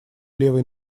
левой